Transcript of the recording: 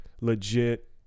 legit